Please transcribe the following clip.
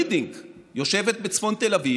רידינג יושבת בצפון תל אביב,